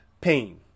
pain